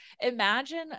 imagine